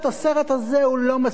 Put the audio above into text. הסרט הזה הוא לא מספיק,